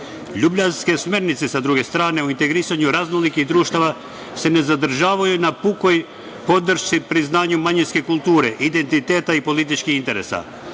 upravljanje. Ljubljanske smernice, sa druge strane, u integrisanju raznolikih društava se ne zadržavaju na pukoj podršci i priznanju manjinske kulture, identiteta i političkih interesa,